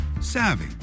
savvy